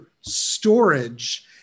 storage